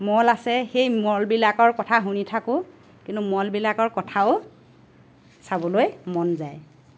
মল আছে সেই মলবিলাকৰ কথা শুনি থাকো কিন্তু মলবিলাকৰ কথাও চাবলৈ মন যায়